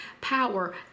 power